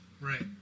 Right